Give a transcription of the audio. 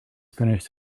finished